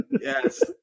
Yes